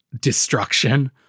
destruction